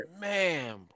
man